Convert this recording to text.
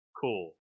Cool